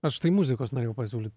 aš tai muzikos norėjau pasiūlyt